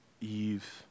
Eve